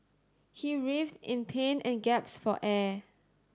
he writhed in pain and gasped for air